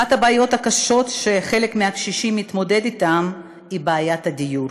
אחת הבעיות הקשות שחלק מהקשישים מתמודד אתן היא בעיית הדיור.